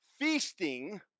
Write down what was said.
feasting